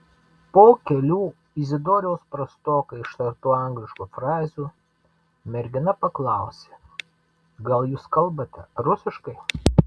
po kelių izidoriaus prastokai ištartų angliškų frazių mergina paklausė gal jūs kalbate rusiškai